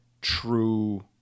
true